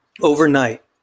overnight